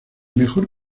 mejor